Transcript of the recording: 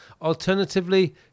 Alternatively